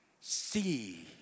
See